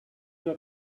not